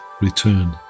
return